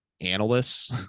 analysts